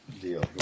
deal